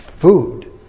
food